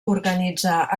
organitzà